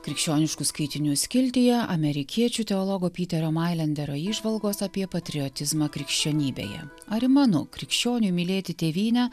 krikščioniškų skaitinių skiltyje amerikiečių teologo pyterio mailenderio įžvalgos apie patriotizmą krikščionybėje ar įmanu krikščioniui mylėti tėvynę